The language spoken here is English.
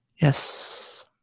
Yes